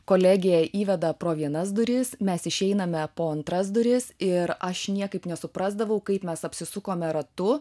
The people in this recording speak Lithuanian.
kolegija įveda pro vienas duris mes išeiname po antras duris ir aš niekaip nesuprasdavau kaip mes apsisukome ratu